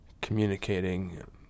communicating